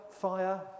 fire